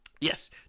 Yes